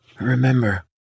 remember